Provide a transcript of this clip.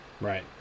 Right